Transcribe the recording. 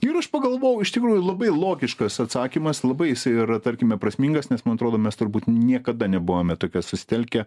ir aš pagalvojau iš tikrųjų labai logiškas atsakymas labai jisai ir tarkime prasmingas nes man atrodo mes turbūt niekada nebuvome tokie susitelkę